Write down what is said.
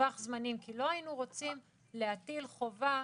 טווח זמנים, כי לא היינו רוצים להטיל חובה